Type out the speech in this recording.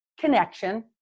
connection